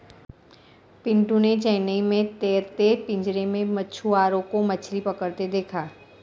पिंटू ने चेन्नई में तैरते पिंजरे में मछुआरों को मछली पकड़ते देखा